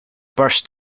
burst